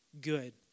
good